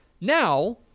Now